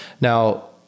Now